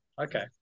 Okay